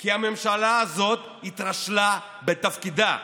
כי הממשלה הזאת התרשלה בתפקידה.